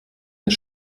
ist